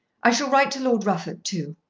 i shall write to lord rufford too.